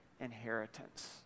inheritance